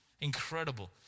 Incredible